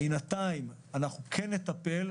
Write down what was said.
בינתיים נטפל,